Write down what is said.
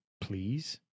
please